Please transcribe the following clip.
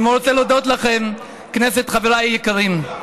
אני רוצה להודות לכם, כנסת וחבריי היקרים.